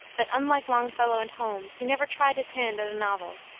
that, unlike longfellow and holmes, he never tried his hand at a novel.